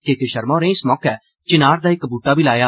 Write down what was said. के K Sharma होरें इस मौके चिनार दा इक बूहटा बी लाया